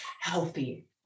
healthy